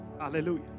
Hallelujah